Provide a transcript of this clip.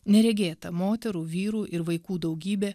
neregėta moterų vyrų ir vaikų daugybė